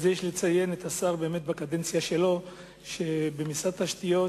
לכן יש לציין את השר, שבקדנציה שלו במשרד התשתיות,